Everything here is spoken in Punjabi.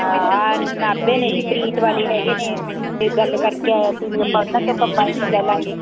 ਹਾਂ ਨਾਭੇ ਨੇ ਜੀ ਪ੍ਰੀਤ ਵਾਲੇ ਹੈਗੇ ਨੇ ਅਤੇ ਗੱਲ ਕਰਕੇ ਆਇਆ ਸੀ ਜੀ ਆਪਾਂ ਉਹਨਾਂ ਤੋਂ ਕੰਬਾਈਨ ਲੈ ਲਾਂਗੇ